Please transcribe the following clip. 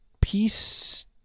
Peace